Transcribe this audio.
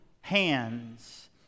hands